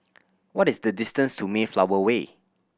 what is the distance to Mayflower Way